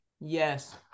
Yes